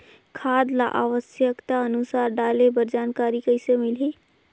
खाद ल आवश्यकता अनुसार डाले बर जानकारी कइसे मिलही?